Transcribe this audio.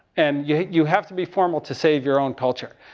and yeah you have to be formal to save your own culture.